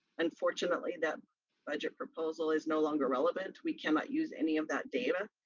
unfortunately, that budget proposal is no longer relevant. we cannot use any of that data.